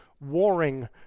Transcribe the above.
warring